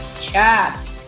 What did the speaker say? chat